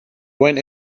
went